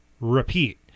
repeat